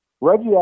Reggie